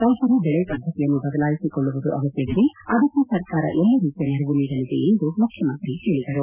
ರೈತರು ಬೆಳೆ ಪದ್ದತಿಯನ್ನು ಬದಲಾಯಿಸಿಕೊಳ್ಳುವುದು ಅಗತ್ತವಿದೆ ಅದಕ್ಕೆ ಸರ್ಕಾರ ಎಲ್ಲಾ ರೀತಿಯ ನೆರವು ನೀಡಲಿದೆ ಎಂದು ಮುಖ್ಯಮಂತ್ರಿ ಹೇಳಿದರು